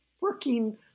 working